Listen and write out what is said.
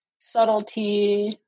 subtlety